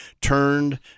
turned